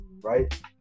right